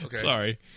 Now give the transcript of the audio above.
Sorry